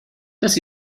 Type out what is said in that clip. das